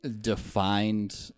defined